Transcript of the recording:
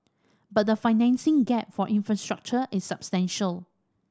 but the financing gap for infrastructure is substantial